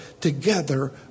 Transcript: together